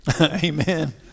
amen